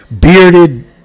bearded